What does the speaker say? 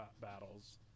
battles